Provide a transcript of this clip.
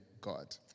God